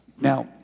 Now